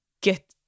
get